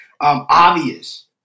Obvious